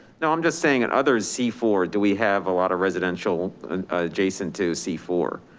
no, i'm just saying and other c four. do we have a lot of residential adjacent to c four?